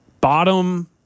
bottom